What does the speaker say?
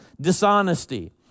dishonesty